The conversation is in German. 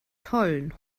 tollen